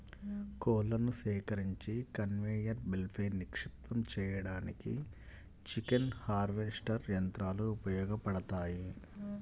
కోళ్లను సేకరించి కన్వేయర్ బెల్ట్పై నిక్షిప్తం చేయడానికి చికెన్ హార్వెస్టర్ యంత్రాలు ఉపయోగపడతాయి